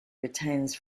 retains